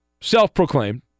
self-proclaimed